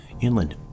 inland